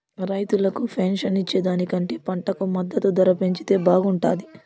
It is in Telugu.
రైతులకు పెన్షన్ ఇచ్చే దానికంటే పంటకు మద్దతు ధర పెంచితే బాగుంటాది